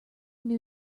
new